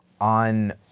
on